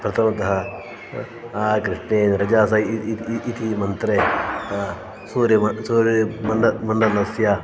प्रथमतः आ कृष्णे रजास इ इति मन्त्रे सूर्यं सूर्यमण्ड मण्डलस्य